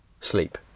sleep